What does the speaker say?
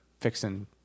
fixing